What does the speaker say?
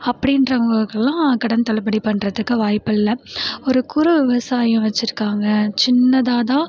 அப்படின்றவங்களுக்குலாம் கடன் தள்ளுபடி பண்ணுறதுக்கு வாய்ப்புல்ல ஒரு குறு விவசாயம் வச்சிருக்காங்கள் சின்னதாக தான்